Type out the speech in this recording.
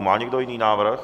Má někdo jiný návrh?